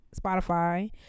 Spotify